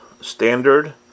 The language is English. standard